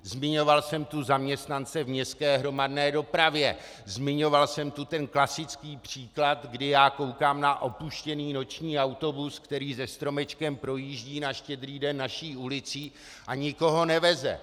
Zmiňoval jsem tu zaměstnance v městské hromadné dopravě, zmiňoval jsem tu ten klasický příklad, kdy já koukám na opuštěný noční autobus, který se stromečkem projíždí na Štědrý den naší ulicí a nikoho neveze.